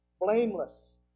blameless